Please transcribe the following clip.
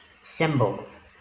symbols